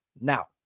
now